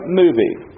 movie